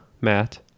Matt